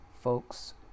folks